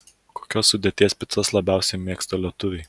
kokios sudėties picas labiausiai mėgsta lietuviai